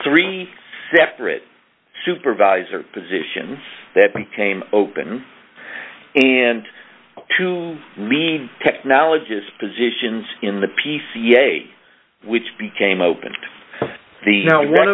three separate supervisor positions that became open and to mean technologists positions in the p c a which became open t